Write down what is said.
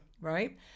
right